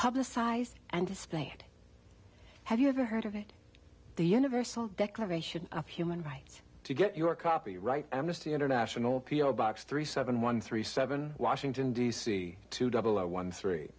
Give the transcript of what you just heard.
publicized and displayed have you ever heard of it the universal declaration of human rights to get your copyright amnesty international p r box three seven one three seven washington d c two double zero one three